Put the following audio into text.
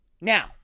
Now